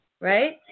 right